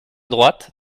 droite